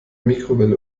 mikrowelle